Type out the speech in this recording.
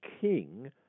king